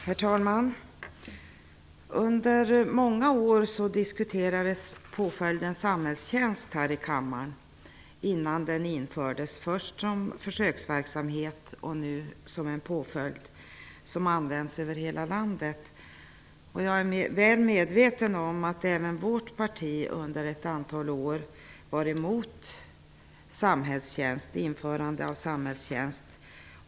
Herr talman! Under många år diskuterades här i kammaren samhällstjänst som en påföljd. Det var innan den infördes, först som försöksverksamhet och sedan som en påföljd som används över hela landet. Jag är väl medveten om att även vårt parti under ett antal år var emot införande av samhällstjänst.